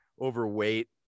overweight